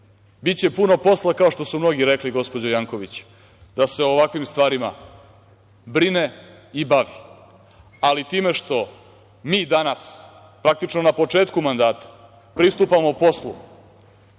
puno posla kao što su mnogi rekli, gospođo Janković, da se o ovakvim stvarima brine i bavi, ali time što mi danas praktično na početku mandata pristupamo poslu,